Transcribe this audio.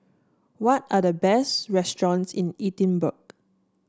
what are the best restaurants in Edinburgh